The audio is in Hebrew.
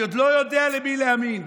אני עוד לא יודע למי להאמין.